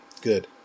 Good